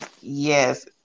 yes